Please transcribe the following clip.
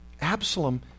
Absalom